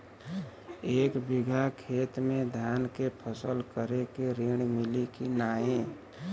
एक बिघा खेत मे धान के फसल करे के ऋण मिली की नाही?